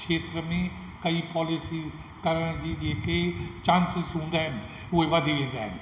क्षेत्र में कईं पॉलीसीस करण जी जेके चांसिस हूंदा आहिनि उहे वधी वेंदा आहिनि